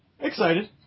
Excited